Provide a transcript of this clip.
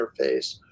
interface